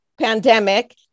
pandemic